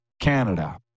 Canada